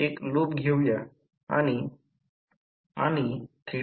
समीकरण 8 I 1 43